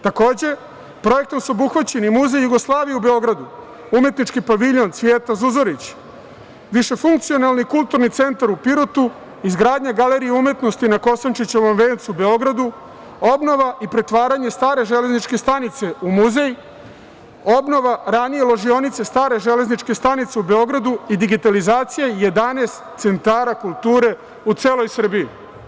Takođe, projektom su obuhvaćeni Muzej Jugoslavije u Beogradu, Umetnički paviljon „Cvijeta Zuzorić“, višefunkcionalni Kulturni centar u Pirotu, izgradnja galerije umetnosti na Kosančićevom vencu u Beogradu, obnova i pretvaranje stare železničke stanice u muzej, obnova ranije ložionice stare železničke stanice u Beogradu i digitalizacija jedanaest centara kulture u celoj Srbiji.